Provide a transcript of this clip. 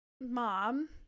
mom